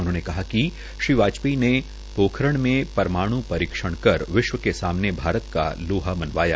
उन्होंने कहा कि श्री वाजपेयी ने पोखरन में परमाण् परीक्षण कर विश्व के सामने भारत का लोहा मनवाया